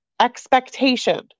expectation